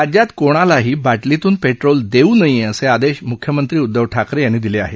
राज्यात कोणालाही बाटलीतून पेट्रोल देऊ नये असे आदेश मूख्यमंत्री उदधव ठाकरे यांनी दिले आहेत